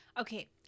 Okay